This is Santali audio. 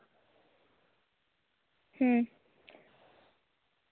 ᱦᱩᱸ